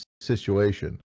situation